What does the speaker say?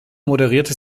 moderierte